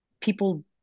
people